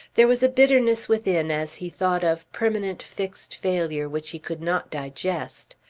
there was a bitterness within as he thought of permanent fixed failure which he could not digest.